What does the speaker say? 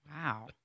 Wow